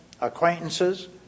acquaintances